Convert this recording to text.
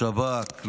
לשב"כ,